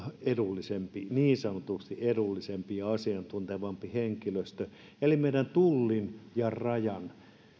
niin sanotusti edullisempi ja asiantuntevampi henkilöstö eli meidän tullin ja rajan